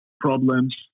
problems